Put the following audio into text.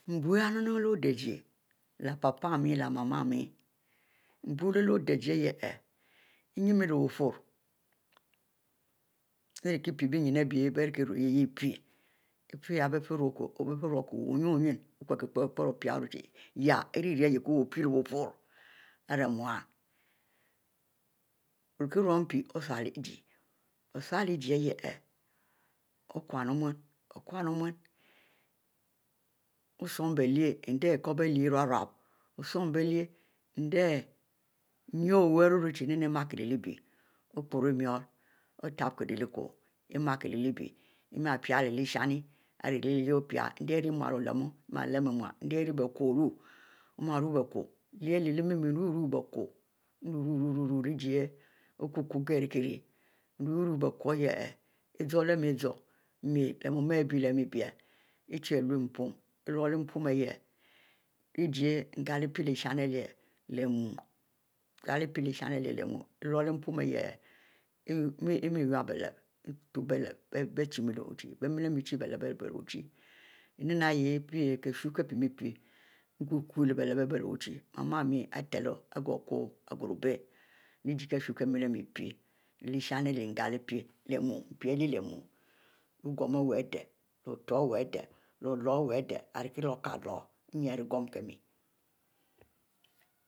Nbiuyeh leh odejieh leh mam leh papmie ninu leh wuturro ari kie pie benni abie bieh rikie rue lhieh pie efieyeh bie fieh kie ruieh wuie wun nne ninnieh opie-pieri opie yeh irieh ari yewu pie mu orieh rumi mpie osule ijie, osuelo lhieh kinnuohmun, okinnu oh mun, osum-bielyieh ari ikribielyieh irub rub osum bie lyieh, endieh ikorie bielyieh irub-rub endieh nie owu irue rue chie nu imakie lehbie opro murr otib-kieleh kuw imakie leh bie ima pieh lehsin ari irieh opie, ani reh-ire mun olermu endieh iri bie que oru imakie ern ruieh bieque lehu lhieh mar mie rue-rueih bieque mrue-rue bieque nten ari kukwu kieri kie, iguhehmie guh leh mu ibielemie bemie ichie lure npn iluleh npon, lehijire ngle-pie lehishn ihieh leh muiu ilulie npon ihieh, imie yubie leh, bieturo bielep biechine wuchie eninieh ihieh pie ihieh kiesu kie pie mie pie. nkukw leh bie lep ari bieh mame itelo igo kuw igrubie leh jie kiesu kie mieleh pie leshinn ari leh mgleh pie leh muiu lo-geum iwuieh adeh lo-otur iwuieh adeh l-oloro iwuieh adeh nyin iri geum kie mie